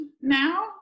now